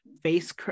face